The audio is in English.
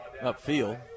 upfield